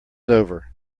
over